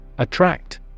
Attract